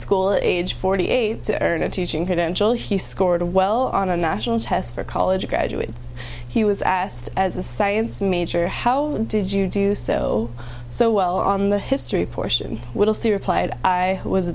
school at age forty eight to earn a teaching credential he scored a well on a national test for college graduates he was asked as a science major how did you do so so well on the history portion will see replied i was